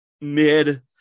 mid